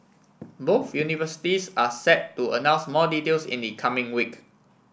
both universities are set to announce more details in the coming week